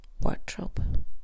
wardrobe